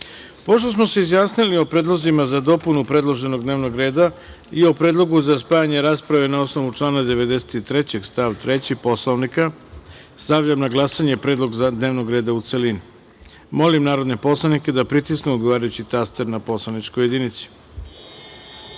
smo se izjasnili o predlozima za dopunu predloženog dnevnog reda i o predlogu za spajanje rasprave, na osnovu člana 93. stav 3. Poslovnika, stavljam na glasanje predlog dnevnog reda, u celini. Molim narodne poslanike da pritisnu odgovarajući taster na poslaničkoj